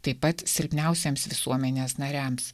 taip pat silpniausiems visuomenės nariams